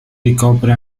ricopre